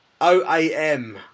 OAM